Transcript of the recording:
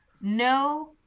no